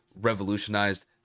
revolutionized